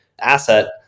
asset